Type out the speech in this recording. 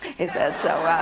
he said. so